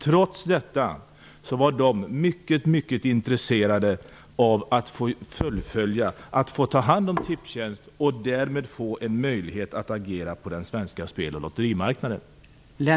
Trots det var man mycket intresserad av att få ta hand om Tipstjänst och därmed få en möjlighet att agera på den svenska spel och lotterimarknaden.